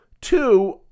two